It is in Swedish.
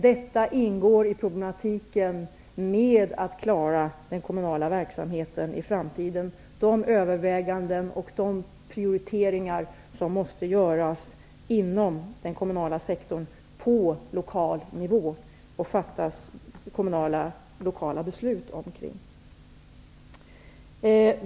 Detta ingår som en del i frågan om hur vi klarar den kommunala verksamheten i framtiden. Det är överväganden och prioriteringar som måste göras inom den kommunala sektorn på lokal nivå och kring vilka lokala och kommunala beslut måste fattas.